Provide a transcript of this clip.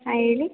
ಹಾಂ ಹೇಳಿ